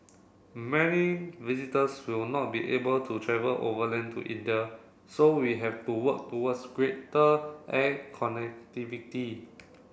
many visitors will not be able to travel overland to India so we have to work towards greater air connectivity